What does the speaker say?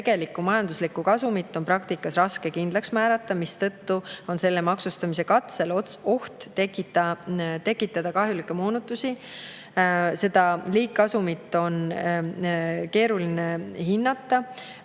tegelikku majanduslikku kasumit on praktikas raske kindlaks määrata, mistõttu on selle maksustamise katsel oht tekitada kahjulikke moonutusi. Seda liigkasumit on keeruline hinnata.